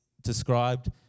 described